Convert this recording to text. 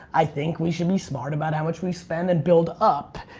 i think we should be smart about how much we spend and build up.